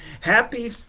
happy